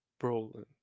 Brolin